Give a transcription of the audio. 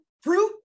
fruit